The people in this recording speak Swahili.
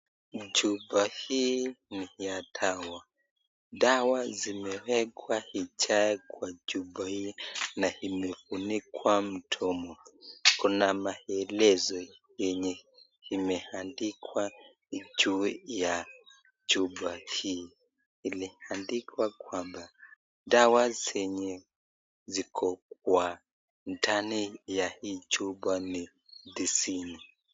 Chupa hii ni ya dawa dawa imewekwa ijae kwa chupa hii na imefunikwa mdomo. Kuna maelezo yenye imeandikwa juu ya chupa hii iliandikwa kwamba dawa zenye ziko kwa ndani ya hii chupa ni tisini.